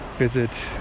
visit